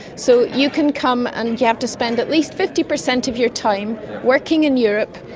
so you can come and you have to spend at least fifty percent of your time working in europe,